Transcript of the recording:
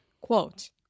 Quote